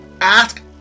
Ask